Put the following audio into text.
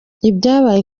ibyabaye